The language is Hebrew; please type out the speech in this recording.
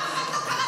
מלול?